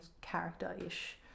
character-ish